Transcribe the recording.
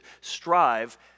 strive